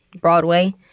Broadway